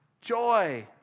joy